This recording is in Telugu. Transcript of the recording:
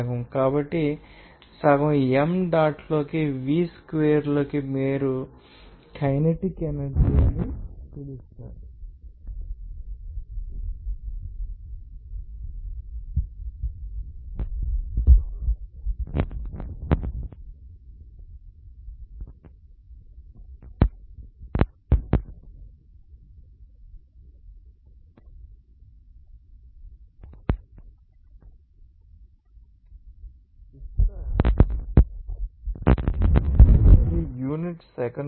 కాబట్టి సగం m డాట్ లోకి v స్క్వేర్ లోకి మీరుకైనెటిక్ ఎనర్జీ అని పిలుస్తారు మరియు ఈ యూనిట్ మీకు సెకనుకుజౌల్ అని తెలుసుకోవాలి